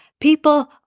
people